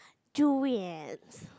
durians